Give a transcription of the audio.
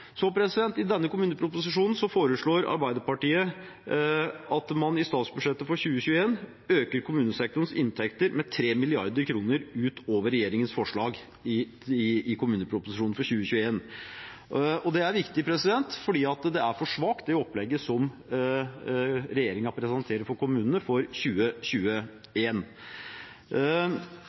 denne kommuneproposisjonen foreslår Arbeiderpartiet at man i statsbudsjettet for 2021 øker kommunesektorens inntekter med 3 mrd. kr utover regjeringens forslag i kommuneproposisjonen for 2021. Det er viktig, for det er for svakt, det opplegget som regjeringen presenterer for kommunene for